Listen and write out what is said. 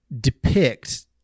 depict